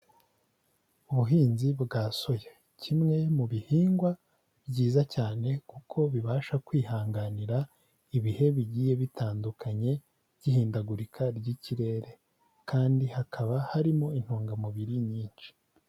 Ubuhinzi bwa soya, kimwe mu bihingwa byiza cyane, kuko bibasha kwihanganira ibihe bigiye bitandukanye by'ihindagurika ry'ikirere, kandi hakaba harimo intungamubiri nyinshi.